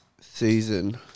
season